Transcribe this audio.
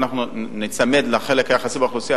אם ניצמד לחלק היחסי באוכלוסייה,